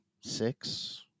six